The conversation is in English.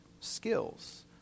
skills